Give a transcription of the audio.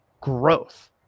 Growth